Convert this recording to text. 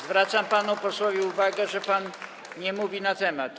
Zwracam panu posłowi uwagę, że pan nie mówi na temat.